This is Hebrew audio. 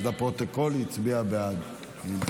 אז לפרוטוקול, היא הצביעה בעד.